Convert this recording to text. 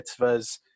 mitzvahs